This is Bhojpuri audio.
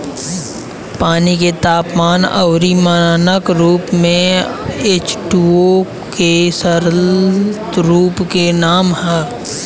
पानी के तापमान अउरी मानक रूप में एचटूओ के तरल रूप के नाम ह